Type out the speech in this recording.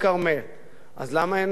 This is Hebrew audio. אז למה אין דיון ציבורי?